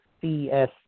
CS